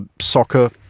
soccer